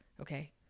okay